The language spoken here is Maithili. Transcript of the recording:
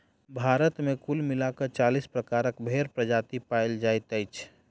भारत मे कुल मिला क चालीस प्रकारक भेंड़क प्रजाति पाओल जाइत अछि